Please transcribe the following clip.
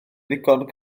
ddigon